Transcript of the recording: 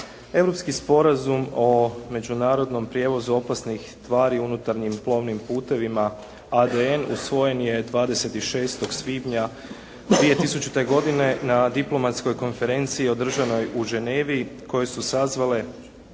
Europski sporazum o međunarodnom prijevozu opasnih tvari unutarnjim plovnim putevima (ADN)usvojen je 26. svibnja 2000. godine na diplomatskoj konferenciji održanoj u Ženevi koju su sazvale